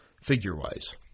figure-wise